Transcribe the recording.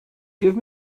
give